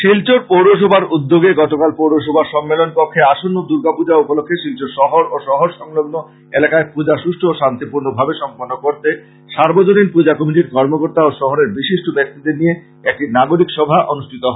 শিলচর পৌরসভার উদ্যোগে গতকাল পৌরসভার সম্মেলন কক্ষে আসন্ন দুর্গা পুজা উপলক্ষ্যে শিলচর শহর ও শহর সংলগ্ন এলাকায় পুজা সুষ্ট ও শান্তিপূর্ণভাবে সম্পন্ন করতে সার্বজনীন পূজা কমিটির কর্মকর্তা ও শহরের বিশিষ্ট ব্যাক্তিদের নিয়ে একটি নাগরিক সভা অনুষ্ঠিত হয়